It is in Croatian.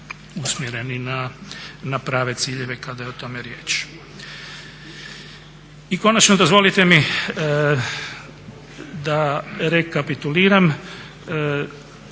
usmjereni na prave ciljeve kada je o tome riječ. I konačno dozvolite mi da rekapituliram